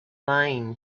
lying